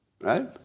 right